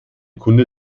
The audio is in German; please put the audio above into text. kunde